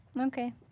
Okay